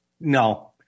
No